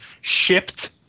shipped